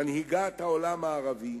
מנהיגת העולם הערבי,